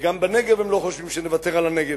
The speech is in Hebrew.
וגם בנגב הם לא חושבים שנוותר על הנגב,